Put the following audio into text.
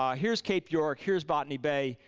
um here's cape york, here's botany bay.